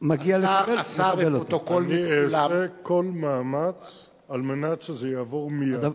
אני אעשה כל מאמץ כדי שזה יעבור מייד.